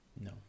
No